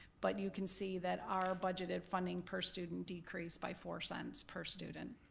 but you can see that our budgeted funding per student decreased by four cents per student.